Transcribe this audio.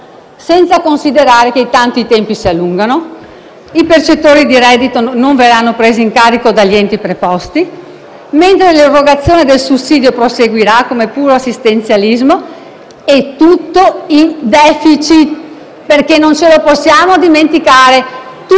senza considerare che intanto i tempi si allungano, i percettori di reddito non verranno presi in carico dagli enti preposti, mentre l'erogazione del sussidio proseguirà come puro assistenzialismo e il tutto avverrà in *deficit*. Non ce lo possiamo dimenticare: tutto